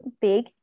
big